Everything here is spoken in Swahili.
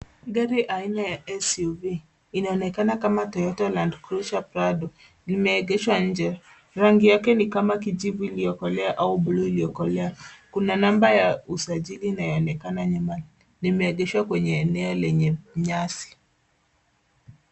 Gari aina ya SUV inaonekana kama Toyota Landcruiser Prado, limeegeshwa nje. Rangi yake ni kama kijivu iliyokolea au bluu iliyokolea. Kuna namba ya usajili inayoonekana nyuma. Limeegeshwa kwenye eneo lenye nyasi.